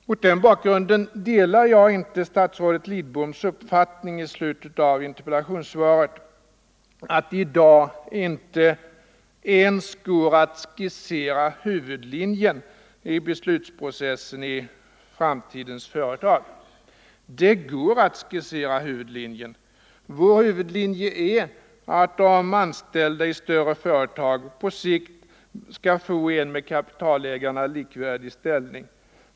Mot den bakgrunden delar jag inte statsrådet Lidboms uppfattning i slutet av interpellationssvaret, att det i dag inte ens går att skissera huvudlinjen i beslutsprocessen i framtidens företag. Men det går att skissera huvudlinjen. Vår huvudlinje är att de anställda i större företag på sikt skall få en med kapitalägarna likvärdig ställning.